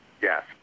yes